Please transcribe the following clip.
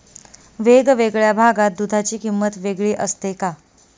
वेगवेगळ्या भागात दूधाची किंमत वेगळी असते का?